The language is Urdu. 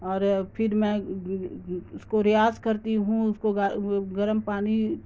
اور پھر میں اس کو ریاض کرتی ہوں اس کو گرم پانی